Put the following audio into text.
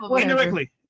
indirectly